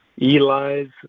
Eli's